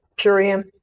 Purium